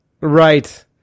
Right